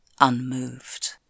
unmoved